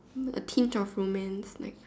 the tint of romance like